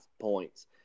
points